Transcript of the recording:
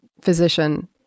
physician